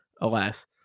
alas